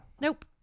Nope